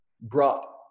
brought